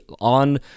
on